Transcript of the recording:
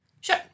Sure